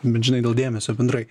bent žinai dėl dėmesio bendrai